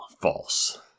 false